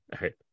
right